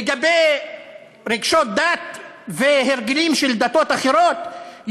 לגבי רגשות דת והרגלים של דתות אחרות,